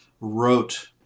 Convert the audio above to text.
wrote